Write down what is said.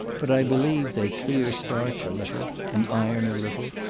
but i believe they clear-starch a little, and iron a little,